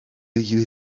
you